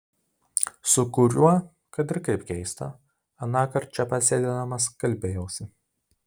su kuriuo kad ir kaip keista anąkart čia pat sėdėdamas kalbėjausi